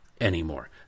anymore